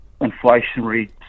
inflationary